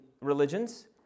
religions